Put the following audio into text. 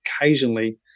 occasionally